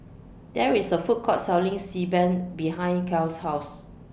There IS A Food Court Selling Xi Ban behind Cal's House